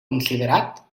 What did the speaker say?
considerat